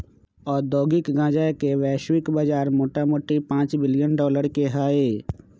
औद्योगिक गन्जा के वैश्विक बजार मोटामोटी पांच बिलियन डॉलर के हइ